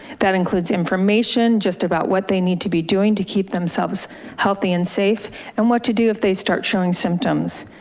that includes information just about what they need to be doing to keep themselves healthy and safe and what to do if they start showing symptoms.